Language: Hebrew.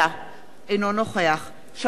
אינו נוכח שאול מופז,